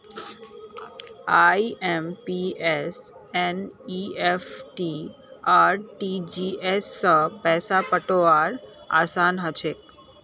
IMPS NEFT RTGS स पैसा पठऔव्वार असान हछेक